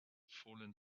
fallen